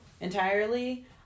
entirely